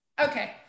Okay